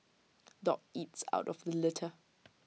dog eats out of the litter